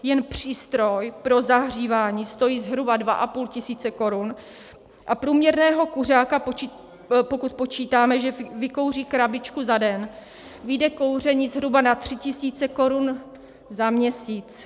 Jen přístroj pro zahřívání stojí zhruba 2,5 tisíce korun a průměrného kuřáka, pokud počítáme, že vykouří krabičku za den, vyjde kouření zhruba na 3 tisíce korun za měsíc.